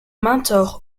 mentor